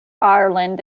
ireland